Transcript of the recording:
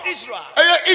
Israel